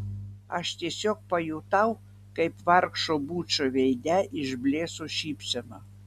aš tiesiog pajutau kaip vargšo bučo veide išblėso šypsena